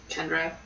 Kendra